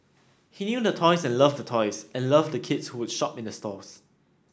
he knew the toys and loved the toys and loved the kids who would shop in the stores